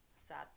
sad